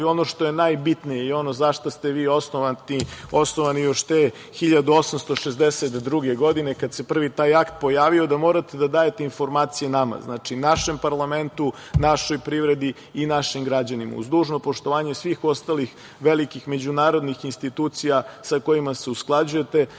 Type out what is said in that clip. ono što je najbitnije i ono za šta ste vi osnovani još te 1862. godine, kada se prvi taj akt projavio da morate da da dajete informacije nama, znači, našem parlamentu, našoj privredi i našim građanima, uz dužno poštovanje svih ostalih velikih međunarodnih institucija sa kojima se usklađujete,